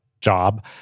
job